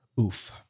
Oof